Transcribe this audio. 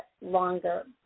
longer